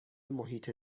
محیط